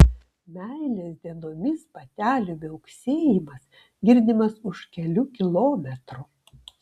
meilės dienomis patelių miauksėjimas girdimas už kelių kilometrų